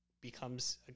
becomes